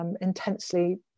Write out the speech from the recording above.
Intensely